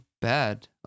bad